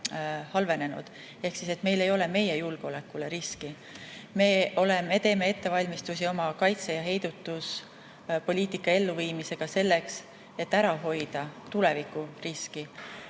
suurenenud ehk meil ei ole meie julgeolekule riski. Me teeme ettevalmistusi oma kaitse‑ ja heidutuspoliitika elluviimisega selleks, et ära hoida tulevikuriski.